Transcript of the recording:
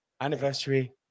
anniversary